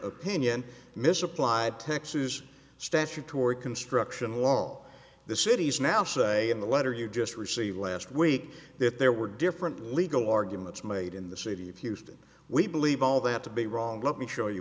opinion misapplied texas statutory construction law the cities now say in the letter you just received last week that there were different legal arguments made in the city of houston we believe all that to be wrong let me show you